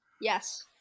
Yes